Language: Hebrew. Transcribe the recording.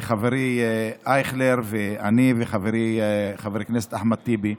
חברי אייכלר ואני וחברי חבר הכנסת אחמד טיבי.